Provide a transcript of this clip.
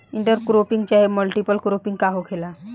Inter cropping चाहे multiple cropping का होखेला?